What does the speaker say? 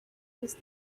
used